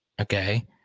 okay